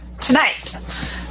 tonight